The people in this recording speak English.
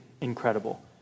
incredible